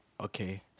Okay